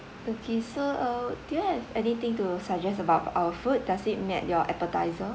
okay so uh do you have anything to suggest about our food does it meet your expectation